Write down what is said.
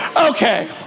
Okay